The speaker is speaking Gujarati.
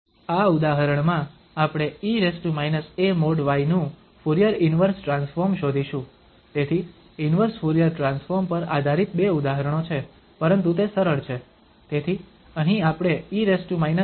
આ ઉદાહરણમાં આપણે e−a|y|નું ફુરીયર ઇન્વર્સ ટ્રાન્સફોર્મ શોધીશું તેથી ઇન્વર્સ ફુરીયર ટ્રાન્સફોર્મ પર આધારિત બે ઉદાહરણો છે પરંતુ તે સરળ છે